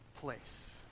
place